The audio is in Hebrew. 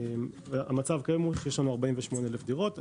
והמצב היום הוא שיש 48,000 דירות.